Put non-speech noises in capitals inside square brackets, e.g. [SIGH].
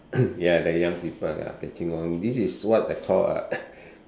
[COUGHS] ya the young people lah catching on this is they call a [COUGHS]